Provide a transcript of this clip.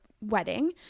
wedding